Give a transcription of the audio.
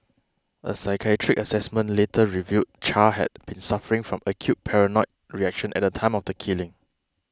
a psychiatric assessment later revealed Char had been suffering from acute paranoid reaction at the time of the killing